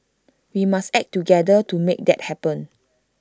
we must act together to make that happen